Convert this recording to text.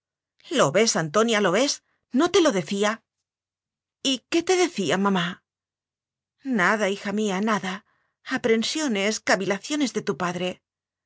lo ves antonia lo ves no te lo de cía y qué te decía mamá nada hija mía nada aprensiones cavi laciones de tu padre